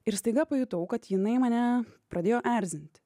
ir staiga pajutau kad jinai mane pradėjo erzint